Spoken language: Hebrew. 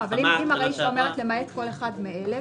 --- אם הרישה קובעת "למעט כל אחד מאלה",